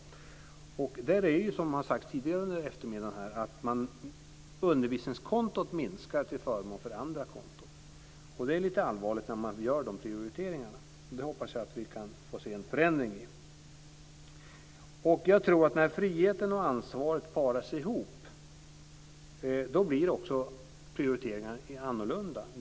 Där är det ju så som har sagts tidigare i dag att undervisningskontot minskar till förmån för andra konton. Det är lite allvarligt när man gör de prioriteringarna. Där hoppas jag att vi kan få se en förändring. Jag tror att när friheten och ansvaret parar ihop sig blir också prioriteringarna annorlunda.